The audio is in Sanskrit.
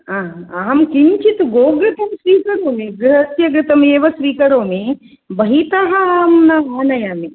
आ आम् अहं किञ्चित् गोघृतं स्वीकरोमि गृहस्य घृतमेव स्वीकरोमि बहितः अहं न आनयामि